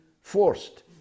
forced